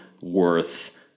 worth